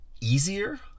easier